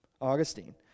Augustine